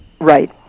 Right